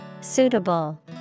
Suitable